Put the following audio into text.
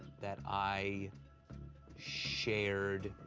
that i shared,